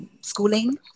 schooling